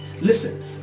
Listen